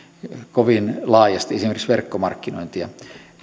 kovin laajasti esimerkiksi verkkomarkkinointia